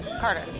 Carter